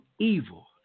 evil